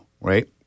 right